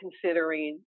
considering